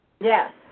Yes